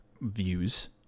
views